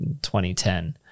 2010